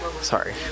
sorry